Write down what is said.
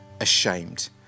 ashamed